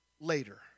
later